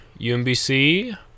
UMBC